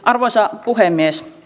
arvoisa puhemies